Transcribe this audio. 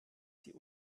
sie